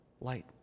light